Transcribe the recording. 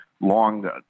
long